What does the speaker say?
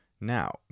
Now